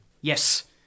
Yes